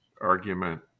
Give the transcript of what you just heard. argument